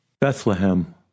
Bethlehem